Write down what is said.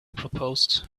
proposed